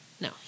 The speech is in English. no